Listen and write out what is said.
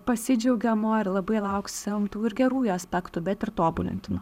pasidžiaugiamo ir labai lauksim tų ir gerųjų aspektų bet ir tobulintino